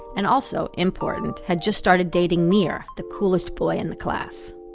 and also, important had just started dating nir, the coolest boy in the class.